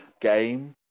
game